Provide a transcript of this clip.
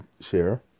share